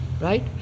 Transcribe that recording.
right